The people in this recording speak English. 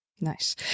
Nice